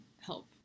help